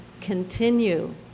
continue